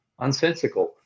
unsensical